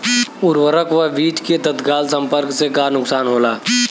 उर्वरक व बीज के तत्काल संपर्क से का नुकसान होला?